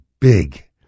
big